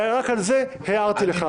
ורק על זה הערתי לך.